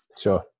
Sure